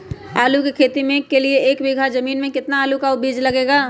आलू की खेती के लिए एक बीघा जमीन में कितना आलू का बीज लगेगा?